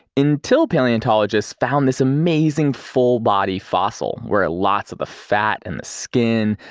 until paleontologists found this amazing full body fossil where lots of the fat and the skin,